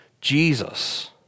Jesus